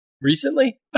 Recently